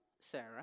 Sarah